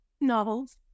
Novels